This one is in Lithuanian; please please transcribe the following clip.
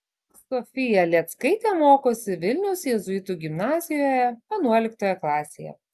sofija lėckaitė mokosi vilniaus jėzuitų gimnazijoje vienuoliktoje klasėje